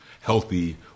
healthy